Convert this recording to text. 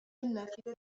النافذة